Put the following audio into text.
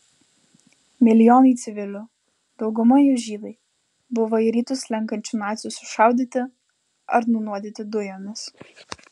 milijonai civilių dauguma jų žydai buvo į rytus slenkančių nacių sušaudyti ar nunuodyti dujomis